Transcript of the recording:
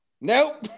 Nope